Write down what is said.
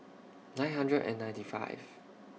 nine hundred and ninety five